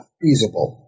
feasible